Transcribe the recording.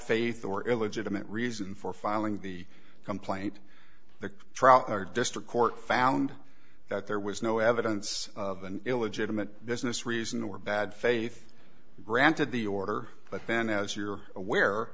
faith or illegitimate reason for filing the complaint the trial or district court found that there was no evidence of an illegitimate business reason or bad faith granted the order but then as you're aware